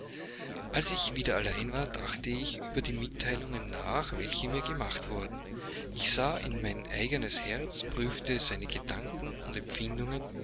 als ich wieder allein war dachte ich über die mitteilungen nach welche mir gemacht worden ich sah in mein eigenes herz prüfte seine gedanken und empfindungen